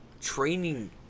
training